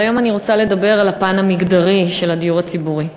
אבל היום אני רוצה לדבר על הפן המגדרי של הדיור הציבורי.